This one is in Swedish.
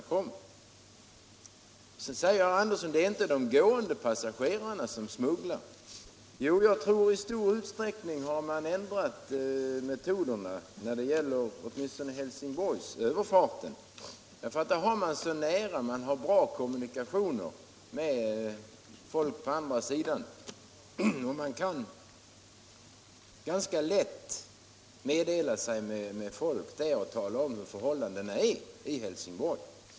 Herr Andersson säger att det inte är de gående passagerarna som smugglar. Jo, jag tror att man i stor utsträckning har ändrat metoderna, åtminstone vid Helsingborgsöverfarten. Där har man så nära kommunikationer med folk på andra sidan. Man kan ganska lätt tala om hur förhållandena är i Helsingborg.